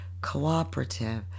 cooperative